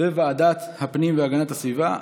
בוועדת הפנים והגנת הסביבה.